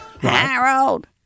Harold